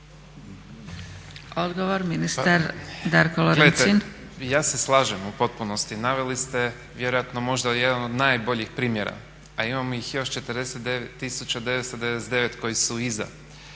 Odgovor, ministar Darko Lorencin.